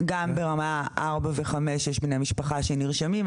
גם ברמה ארבע וחמש יש בני משפחה שנרשמים.